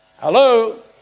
hello